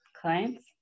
clients